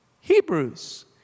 Hebrews